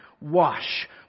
wash